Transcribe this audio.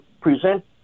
present